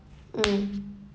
mm